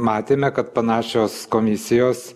matėme kad panašios komisijos